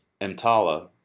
MTALA